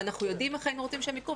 ואנחנו יודעים איך היינו רוצים שהם יקרו,